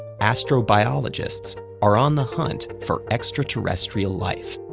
astrobiologists are on the hunt for extraterrestrial life.